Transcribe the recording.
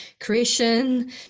creation